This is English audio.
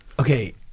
Okay